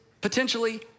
potentially